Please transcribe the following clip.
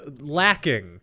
lacking